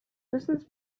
wissens